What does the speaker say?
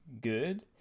good